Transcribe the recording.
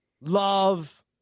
Love